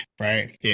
right